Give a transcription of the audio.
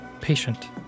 patient